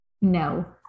No